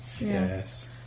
yes